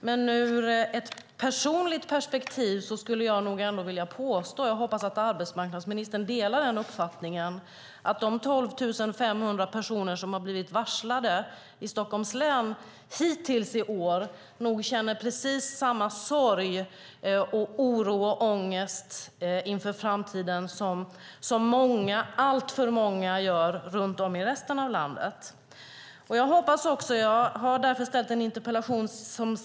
Men ur ett personligt perspektiv skulle jag vilja påstå att de 12 500 personer som har blivit varslade i Stockholms län hittills i år känner precis samma sorg, oro och ångest inför framtiden som alltför många gör runt om i resten av landet, och jag hoppas att arbetsmarknadsministern delar den uppfattningen.